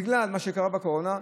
בגלל מה שקרה בקורונה,